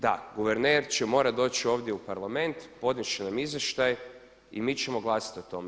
Da, guverner će morati doći ovdje u Parlament, podnijeti će nam izvještaj i mi ćemo glasati o tome.